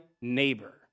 neighbor